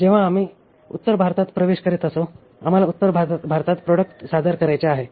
जेव्हा आम्ही उत्तर भारतात प्रवेश करीत असू आम्हाला उत्तर भारतात प्रॉडक्ट सादर करायचे आहे